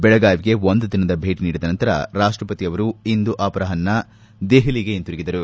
ಬೆಳಗಾವಿಗೆ ಒಂದು ದಿನದ ಭೇಟಿ ನೀಡಿದ ನಂತರ ರಾಷ್ಲಪತಿ ಅವರು ಇಂದು ಅಪರಾಷ್ಟ ದೆಹಲಿಗೆ ಹಿಂದಿರುಗಿದರು